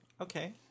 okay